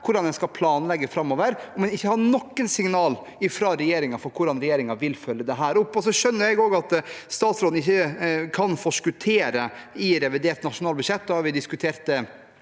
hvordan en skal planlegge framover når man ikke har noe signal fra regjeringen på hvordan regjeringen vil følge dette opp. Jeg skjønner at statsråden ikke kan forskuttere revidert nasjonalbudsjett. Det har vi diskutert flere